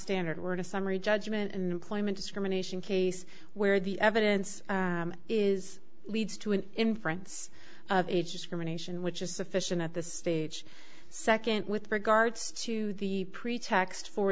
standard word of summary judgment in employment discrimination case where the evidence is leads to an inference of age discrimination which is sufficient at this stage second with regards to the pretext for